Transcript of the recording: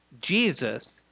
Jesus